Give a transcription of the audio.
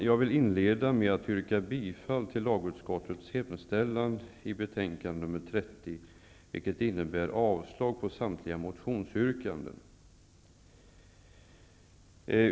Jag vill inleda med att yrka bifall till lagutskottets hemställan i betänkande nr 30, vilket innebär avslag på samtliga motionsyrkanden.